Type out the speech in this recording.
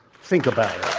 think about it.